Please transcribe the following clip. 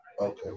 Okay